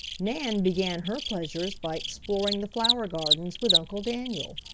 nan began her pleasures by exploring the flower gardens with uncle daniel.